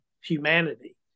humanity